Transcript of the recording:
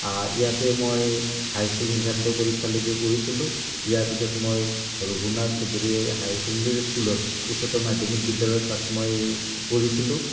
ইয়াতে মই হাইস্কুল শিক্ষান্ত পৰীক্ষা লৈকে পঢ়িছিলোঁ ইয়াৰ পিছত মই ৰঘুনাথ চৌধুৰী হায়াৰ ছেকেণ্ডাৰী স্কুলত উচচতৰ মাধ্যমিক বিদ্যালয় তাত মই পঢ়িছিলোঁ